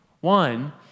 One